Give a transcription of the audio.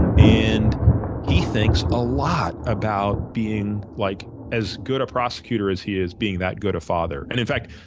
and he thinks a lot about being like as good a prosecutor as he is being that good a father. and, in fact,